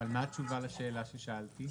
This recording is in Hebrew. מה התשובה לשאלה ששאלתי?